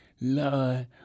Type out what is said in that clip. Lord